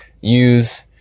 use